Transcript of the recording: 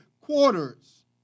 quarters